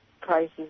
prices